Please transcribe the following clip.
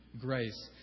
grace